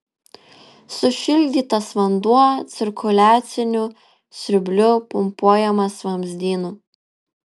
sušildytas vanduo cirkuliaciniu siurbliu pumpuojamas vamzdynu